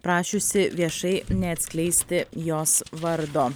prašiusi viešai neatskleisti jos vardo